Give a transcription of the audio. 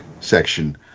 section